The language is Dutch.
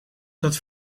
dat